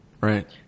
Right